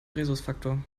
rhesusfaktor